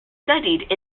studied